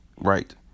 right